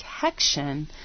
protection